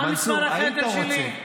מנסור, היית רוצה.